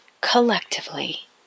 collectively